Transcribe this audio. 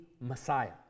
Messiah